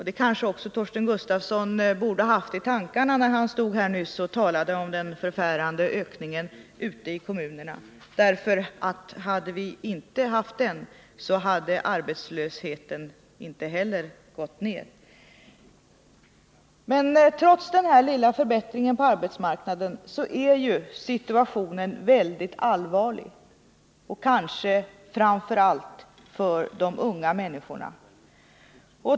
Det borde kanske Torsten Gustafsson ha haft i tankarna när han nyss stod här och talade om den förfärande ökningen ute i kommunerna. Hade vi inte fått denna ökning skulle inte heller arbetslösheten ha minskat. Trots den här lilla förbättringen på arbetsmarknaden är ju situationen mycket allvarlig, kanske framför allt för de unga människorna.